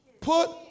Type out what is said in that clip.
put